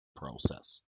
process